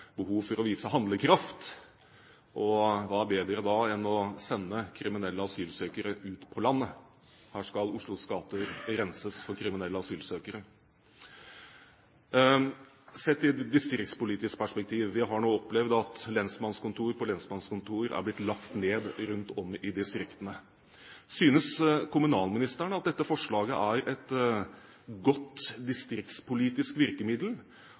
behov for å vise handlekraft, og hva er bedre da enn å sende kriminelle asylsøkere ut på landet. Her skal Oslos gater renses for kriminelle asylsøkere. Sett i et distriktspolitisk perspektiv – vi har nå opplevd at lensmannskontor på lensmannskontor er blitt lagt ned rundt om i distriktene – synes kommunalministeren at dette forslaget er godt distriktspolitisk virkemiddel,